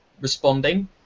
responding